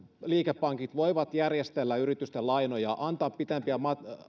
liikepankit voivat järjestellä yritysten lainoja antaa pitempiä